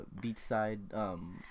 beachside